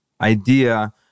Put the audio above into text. idea